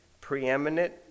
preeminent